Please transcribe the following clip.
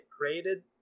created